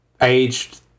aged